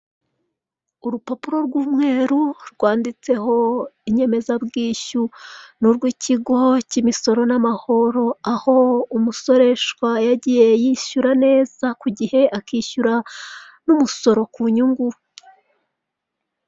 Urupapuro rw'umweru rwanditseho inyemezabwishyu ni urw'ikigo k'imisoro n'amahoro aho umusoreshwa yagiye yishyura neza ku gihe akishyura n'umusoro ku nyungu.